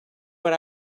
what